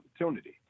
opportunity